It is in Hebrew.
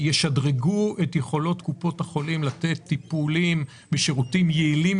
תשדרג את יכולות קופות החולים לתת טיפולים ושירותים יעילים